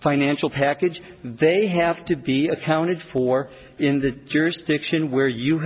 financial package they have to be accounted for in the jurisdiction where you